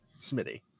Smitty